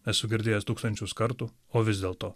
esu girdėjęs tūkstančius kartų o vis dėlto